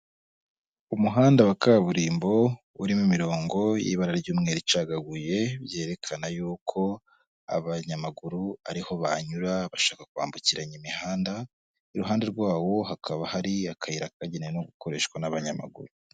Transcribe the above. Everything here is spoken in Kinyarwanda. Umuhanda wa kaburimbo urimo imirongo y'ibara ry'umweru icagaguye, yerekana y'uko abanyamaguru ari ho banyura bashaka kwambukiranya imihanda, iruhande rwawo hakaba hari akayira kagenewe no gukoreshwa n'abanyamaguru.